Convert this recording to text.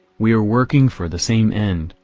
we're working for the same end,